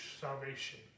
salvation